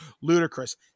ludicrous